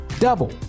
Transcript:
double